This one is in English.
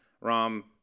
ROM